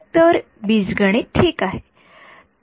तर बीजगणित ठीक आहे